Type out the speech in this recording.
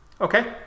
Okay